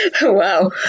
wow